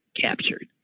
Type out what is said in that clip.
captured